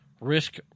risk